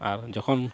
ᱟᱨ ᱡᱚᱠᱷᱚᱱ